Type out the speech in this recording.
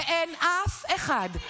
ואין אף אחד,